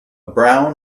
brown